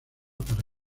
para